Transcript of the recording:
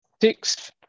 six